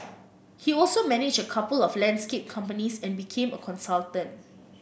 he also managed a couple of landscape companies and became a consultant